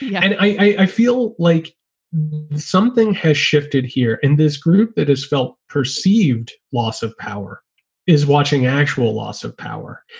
yeah and i feel like something has shifted here in this group that has felt perceived loss of power is watching actual loss of power.